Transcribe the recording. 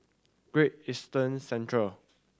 Great Eastern Centre